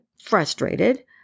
frustrated